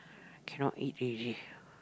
cannot eat already